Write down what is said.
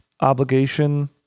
obligation